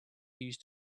used